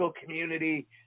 community